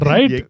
Right